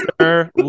sir